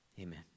Amen